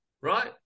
Right